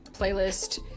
playlist